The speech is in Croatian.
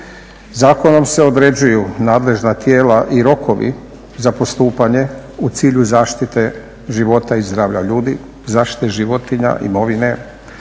zakonom se određuju nadležna tijela i rokovi za postupanje u cilju zaštite života i zdravlja ljudi, zaštite životinja, imovine,